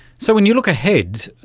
so when you look ahead,